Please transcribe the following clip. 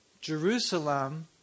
Jerusalem